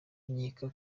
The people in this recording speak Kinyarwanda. nkeka